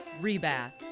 Rebath